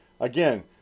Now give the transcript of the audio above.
again